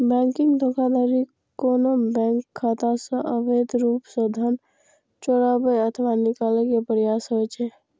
banking धोखाधड़ी कोनो bank खाता सं अवैध रूप सं धन चोराबै अथवा निकाले के प्रयास होइ छै